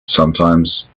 sometimes